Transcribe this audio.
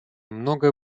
многое